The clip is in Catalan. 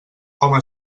home